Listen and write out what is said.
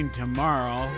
tomorrow